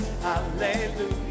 hallelujah